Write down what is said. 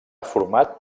format